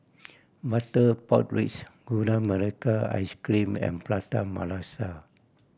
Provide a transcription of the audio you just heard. butter pork ribs Gula Melaka Ice Cream and Prata Masala